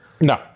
no